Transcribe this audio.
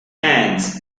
hands